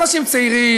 אנשים צעירים,